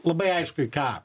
labai aišku į ką